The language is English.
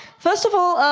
festival